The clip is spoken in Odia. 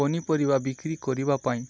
ପନିପରିବା ବିକ୍ରି କରିବା ପାଇଁ